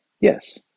Yes